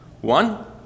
One